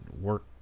work